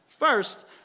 First